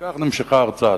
וכך נמשכה הרצאתו.